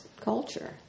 culture